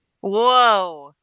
Whoa